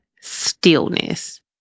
stillness